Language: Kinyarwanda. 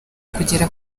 kugera